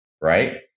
right